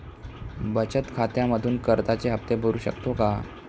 बचत खात्यामधून कर्जाचे हफ्ते भरू शकतो का?